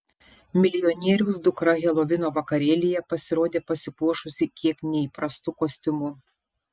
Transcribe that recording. milijonieriaus dukra helovino vakarėlyje pasirodė pasipuošusi kiek neįprastu kostiumu